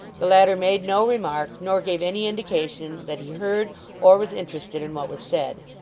the latter made no remark, nor gave any indication that he heard or was interested in what was said.